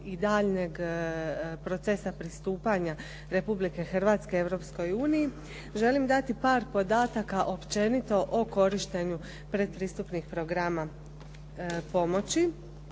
i daljnjeg procesa pristupanja Republike Hrvatske Europskoj uniji želim dati par podataka općenito o korištenju pretpristupnih programa pomoći.